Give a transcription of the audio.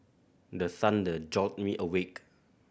the thunder jolt me awake